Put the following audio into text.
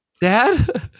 Dad